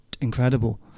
incredible